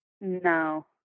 No